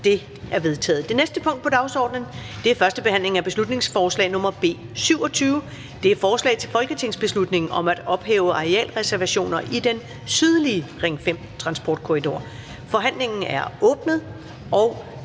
Det er vedtaget. --- Det næste punkt på dagsordenen er: 24) 1. behandling af beslutningsforslag nr. B 27: Forslag til folketingsbeslutning om at ophæve arealreservationer i den sydlige Ring 5-transportkorridor. Af Zenia Stampe